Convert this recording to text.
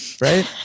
right